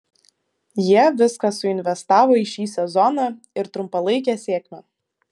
jie viską suinvestavo į šį sezoną ir trumpalaikę sėkmę